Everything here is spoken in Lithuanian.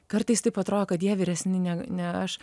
kartais taip atrodo kad jie vyresni negu ne aš